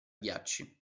ghiacci